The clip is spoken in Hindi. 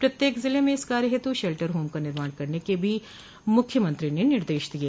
प्रत्येक जिले में इस कार्य हेतु शेल्टर होम का निर्माण करने के भी मुख्यमंत्री ने निर्देश दिये